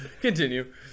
continue